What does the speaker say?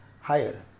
higher